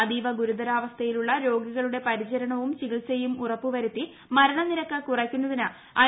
അതീവ ഗുരുതരാവസ്ഥയിലുള്ള രോഗികളുടെ പരിചരണവും ചികിത്സയും ഉറപ്പുവരുത്തി മരണ നിരക്ക് കുറയ്ക്കുന്നതിന് ഐ